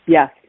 Yes